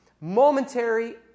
momentary